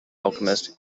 alchemist